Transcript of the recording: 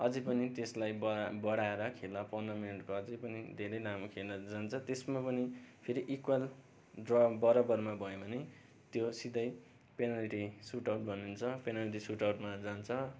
अझै पनि त्यसलाई बढा बढाएर खेला पन्ध्र मिनटको अझै पनि धेरै लामो खेला जान्छ त्यसमा पनि फेरि इक्वाल ड्र बराबरमा भयो भने त्यो सिधै पेनल्टी सुटआउट भनिन्छ पेनल्टी सुटआउट जान्छ